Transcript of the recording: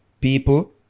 people